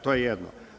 To je jedno.